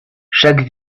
chaque